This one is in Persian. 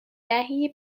دهی